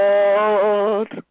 Lord